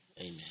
amen